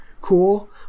cool